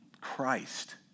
Christ